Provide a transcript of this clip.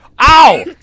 Ow